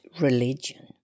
religion